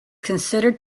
considered